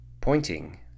pointing